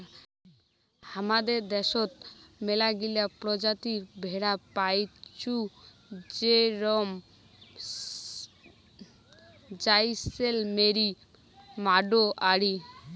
হামাদের দ্যাশোত মেলাগিলা প্রজাতির ভেড়া পাইচুঙ যেরম জাইসেলমেরি, মাড়োয়ারি